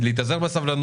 אני מבקש להתאזר בסבלנות,